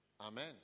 Amen